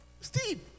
Steve